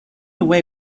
away